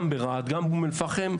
גם ברהט וגם באום אל פחם,